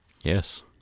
Yes